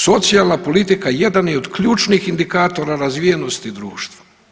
Socijalna politika jedan je od ključnih indikatora razvijenosti društva.